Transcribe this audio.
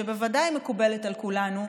שבוודאי מקובלת על כולנו,